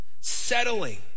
settling